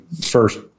first